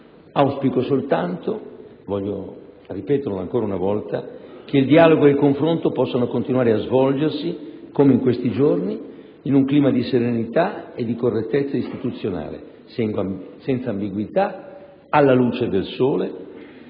Auspico soltanto - voglio ripeterlo ancora una volta - che il dialogo e il confronto possano continuare a svolgersi, come in questi giorni, in un clima di serenità e di correttezza istituzionali, senza ambiguità, alla luce del sole,